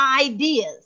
ideas